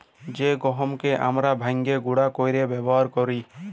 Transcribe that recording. জ্যে গহমকে আমরা ভাইঙ্গে গুঁড়া কইরে ব্যাবহার কৈরি